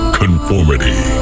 conformity